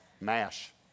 MASH